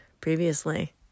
previously